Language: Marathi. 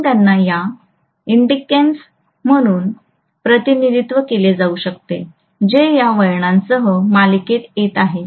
म्हणूनच त्यांना या इंडिकॅन्स म्हणून प्रतिनिधित्व केले जाऊ शकते जे या वळणासह मालिकेत येत आहेत